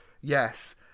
yes